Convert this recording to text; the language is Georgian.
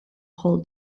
ხოლო